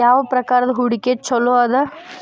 ಯಾವ ಪ್ರಕಾರದ ಹೂಡಿಕೆ ಚೊಲೋ ಅದ